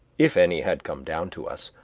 if any had come down to us,